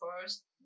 first